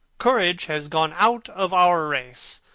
courage has gone out of our race.